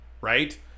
right